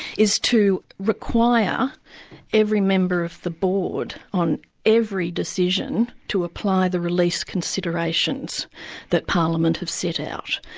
is to require every member of the board, on every decision, to apply the release considerations that parliament have set out.